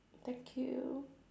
thank you